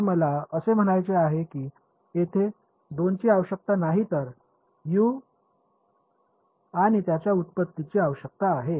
तर मला असे म्हणायचे आहे की येथे दोनची आवश्यकता नाही तर यू आणि त्याच्या व्युत्पत्तीची आवश्यकता आहे